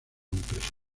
impresor